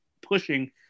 pushing